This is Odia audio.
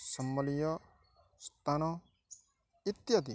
ସମ୍ବଲୀୟ ସ୍ଥାନ ଇତ୍ୟାଦି